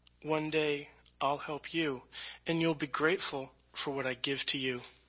one day i'll help you and you'll be grateful for what i give to you.